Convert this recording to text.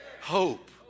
hope